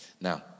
Now